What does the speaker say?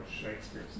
Shakespeare